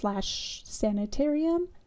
sanitarium